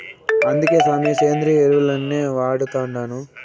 అందుకే సామీ, సేంద్రియ ఎరువుల్నే వాడతండాను